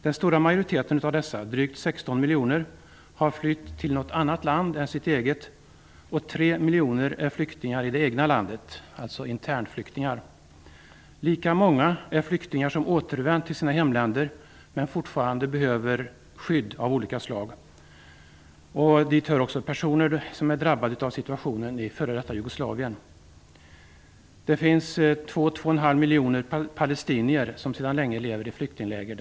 Den stora majoriteten av dessa, drygt 16 miljoner, har flytt till något annat land och 3 miljoner är flyktingar i det egna landet, dvs. internflyktingar. Lika många, 3 miljoner, är flyktingar som återvänt till sina hemländer men fortfarande behöver skydd av olika slag. Dit hör personer som är drabbade av situationen i f.d. Jugoslavien. Det finns ca 2,5 miljoner palestinier som sedan mycket länge lever i flyktingläger.